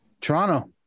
Toronto